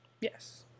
Yes